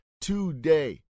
Today